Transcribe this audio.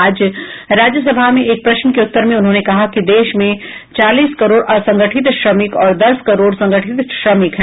आज राज्यसभा में एक प्रश्न के उत्तर में उन्होंने कहा कि देश में चालीस करोड असंगठित श्रमिक और दस करोड संगठित श्रमिक हैं